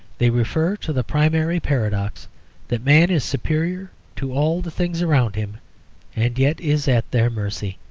they refer to the primary paradox that man is superior to all the things around him and yet is at their mercy.